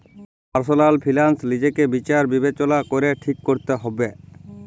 personal finance লিজকে বিচার বিবচলা ক্যরে ঠিক ক্যরতে হুব্যে